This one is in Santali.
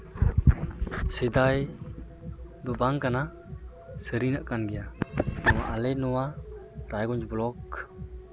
ᱥᱮᱫᱟᱭ ᱫᱚ ᱵᱟᱝ ᱠᱟᱱᱟ ᱥᱟᱹᱨᱤᱱᱟᱜ ᱠᱟᱱ ᱜᱮᱭᱟ ᱛᱚ ᱟᱞᱮ ᱱᱚᱣᱟ ᱨᱟᱭᱜᱚᱧᱡᱽ ᱵᱞᱚᱠ